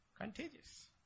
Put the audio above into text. contagious